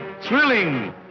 thrilling